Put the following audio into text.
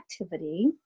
activity